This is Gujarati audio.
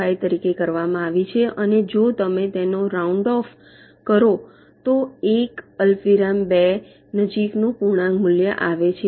5 તરીકે કરવામાં આવી છે અને જો તમે તેનો રાઉન્ડ ઓફ round ઑફ કરો તો 1 અલ્પવિરામ 2 નજીકનું પૂર્ણાંક મૂલ્ય આવે છે